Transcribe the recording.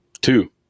Two